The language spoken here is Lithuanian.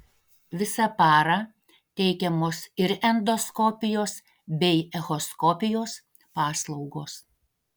visą parą teikiamos ir endoskopijos bei echoskopijos paslaugos